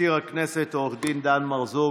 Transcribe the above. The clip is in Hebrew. מזכיר הכנסת עו"ד דן מרזוק,